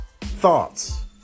thoughts